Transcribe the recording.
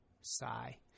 Sigh